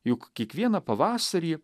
juk kiekvieną pavasarį